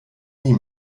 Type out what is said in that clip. nie